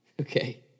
Okay